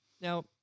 Now